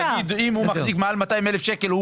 ולומר: אם הוא מחזיק 200,000 שקל,